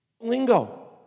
Lingo